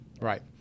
Right